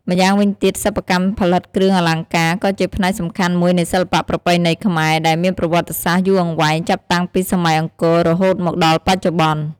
ម្យ៉ាងវិញទៀតសិប្បកម្មផលិតគ្រឿងអលង្ការ ក៏ជាផ្នែកសំខាន់មួយនៃសិល្បៈប្រពៃណីខ្មែរ ដែលមានប្រវត្តិសាស្ត្រយូរអង្វែងចាប់តាំងពីសម័យអង្គររហូតមកដល់បច្ចុប្បន្ន។